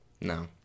No